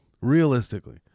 realistically